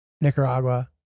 Nicaragua